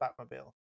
Batmobile